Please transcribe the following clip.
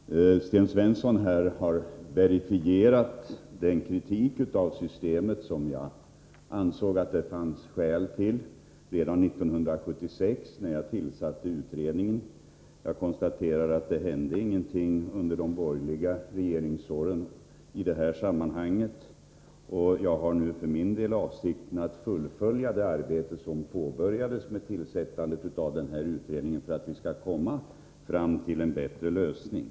Fru talman! Sten Svensson har verifierat den kritik av systemet som jag ansåg att det fanns skäl för redan 1976 när jag tillsatte utredningen. Jag konstaterar att det inte hände någonting under de borgerliga regeringsåren i detta avseende. Jag har nu för min del avsikten att fullfölja det arbete som påbörjades med tillsättandet av denna utredning för att vi skall komma fram till en bättre lösning.